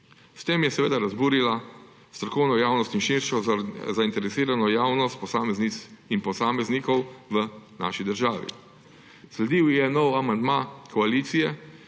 S tem je seveda razburila strokovno javnost in širšo zainteresiranost javnost posameznic in posameznikov v naši državi. Sledil je nov amandma koalicije,